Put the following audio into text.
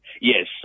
Yes